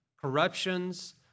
corruptions